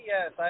Yes